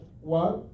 one